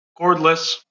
cordless